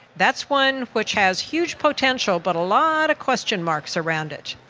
that's one which has huge potential but a lot of question marks around it.